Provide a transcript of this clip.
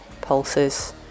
pulses